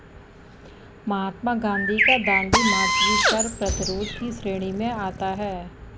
महात्मा गांधी का दांडी मार्च भी कर प्रतिरोध की श्रेणी में आता है